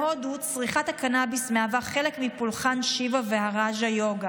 בהודו צריכת הקנביס מהווה חלק מפולחן שיווה והראג'ה יוגה,